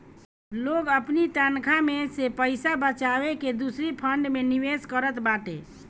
लोग अपनी तनखा में से पईसा बचाई के दूसरी फंड में निवेश करत बाटे